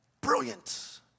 Brilliant